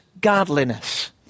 godliness